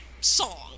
song